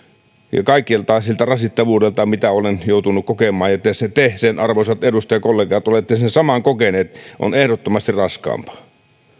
ja kaikelta siltä rasittavuudeltaan mitä olen joutunut kokemaan ja te arvoisat edustajakollegat olette sen saman kokeneet ehdottomasti raskaampaa